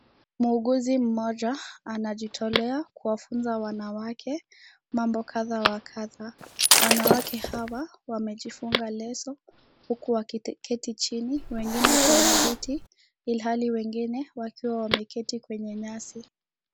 Mwuguzi mmoja anajitolea kuwafunza wanawake mambo kadha wa kadha. Wanawake hawa wamejifunga leso huku wakiketi chini, wengine kwenye viti ilhali wengine wakiwa wameketi kwenye nyasi.